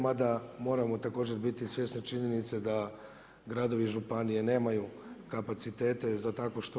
Ma da moramo također biti svjesni činjenice da gradovi i županije nemaju kapacitete za takvo što.